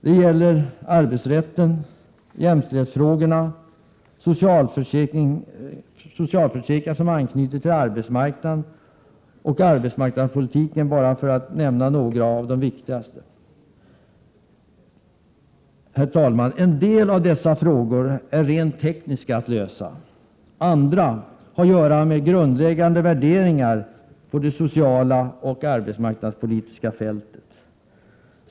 Det gäller bl.a. arbetsrätten, jämställdhetsfrågorna, socialförsäkringarna, som anknyter till arbetsmarknaden, och arbetsmarknadspolitiken för att nämna några av de viktigaste frågorna. Herr talman! En del av dessa frågor är rent tekniska att lösa, medan andra har att göra med grundläggande värderingar på det sociala och arbetsmarknadspolitiska fältet.